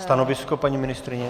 Stanovisko paní ministryně?